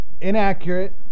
Inaccurate